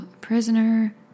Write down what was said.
prisoner